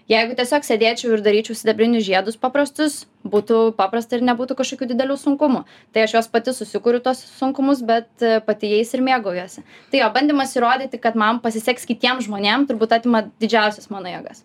jeigu tiesiog sėdėčiau ir daryčiau sidabrinius žiedus paprastus būtų paprasta ir nebūtų kažkokių didelių sunkumų tai aš juos pati susikuriu tuos sunkumus bet pati jais ir mėgaujuosi tai jo bandymas įrodyti kad man pasiseks kitiems žmonėms turbūt atima didžiausias mano jėgas